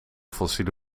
fossiele